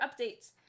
updates